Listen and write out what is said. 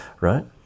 right